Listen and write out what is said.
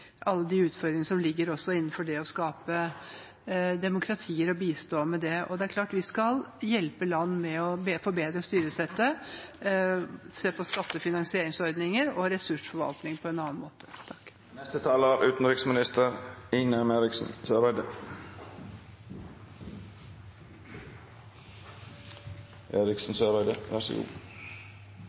alle de utfordringer som ligger innenfor det å skape demokratier og bistå med det. Vi skal hjelpe land med å forbedre styresettet og å se på skattefinansieringsordninger og ressursforvaltning på en annen måte.